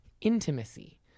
Intimacy